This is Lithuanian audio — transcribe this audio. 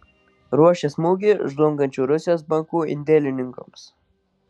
ruošia smūgį žlungančių rusijos bankų indėlininkams